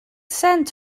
sent